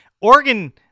Oregon